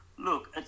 Look